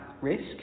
risk